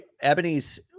Ebony's